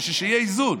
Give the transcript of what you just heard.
בשביל שיהיה איזון.